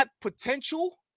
potential